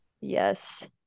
yes